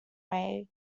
ways